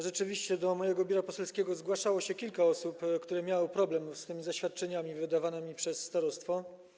Rzeczywiście do mojego biura poselskiego zgłaszało się kilka osób, które miały problem z tymi zaświadczeniami wydawanymi przez starostwo.